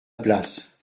place